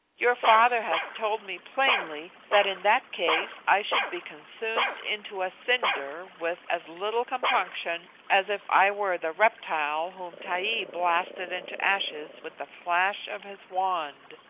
your father has told me plainly that in that case i should be consumed into a cinder with as little compunction as if i were the reptile whom taee blasted into ashes with the flash of his wand.